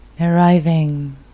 arriving